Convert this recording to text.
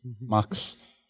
Max